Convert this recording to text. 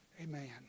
Amen